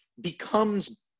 becomes